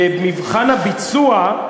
למבחן הביצוע,